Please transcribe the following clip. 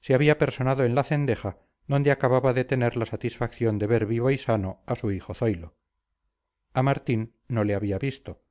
se había personado en la cendeja donde acababa de tener la satisfacción de ver vivo y sano a su hijo zoilo a martín no le había visto